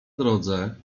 drodze